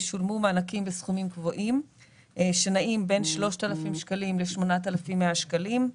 ישולמו מענקים בסכומים קבועים שנעים ביו 3,000 שקלים ל-8,100 שקלים,